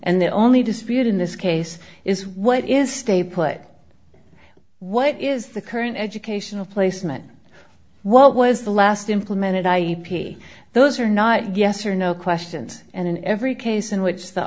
and the only dispute in this case is what is stay put what is the current educational placement what was the last implemented i e those are not yes or no questions and in every case in which the